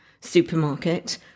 supermarket